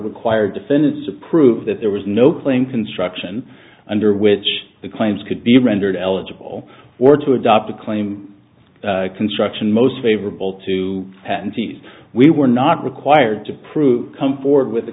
require defendants to prove that there was no claim construction under which the claims could be rendered eligible or to adopt a claim construction most favorable to patent fees we were not required to prove come forward with